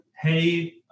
hey